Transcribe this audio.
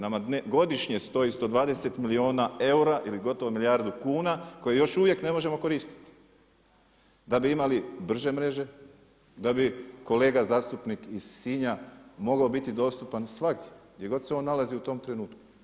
Nama godišnje stoji 120 milijuna eura ili gotovo milijardu kuna koje još uvijek ne možemo koristiti da bi imali brže mreže, da bi kolega zastupnik iz Sinja mogao biti dostupan svagdje, gdje god se on nalazi u tom trenutku.